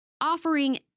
offering